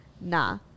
nah